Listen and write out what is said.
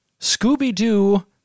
Scooby-Doo